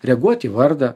reaguot į vardą